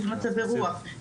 של מצבי רוח,